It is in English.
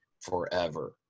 forever